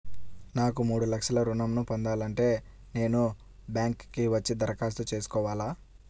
నాకు మూడు లక్షలు ఋణం ను పొందాలంటే నేను బ్యాంక్కి వచ్చి దరఖాస్తు చేసుకోవాలా?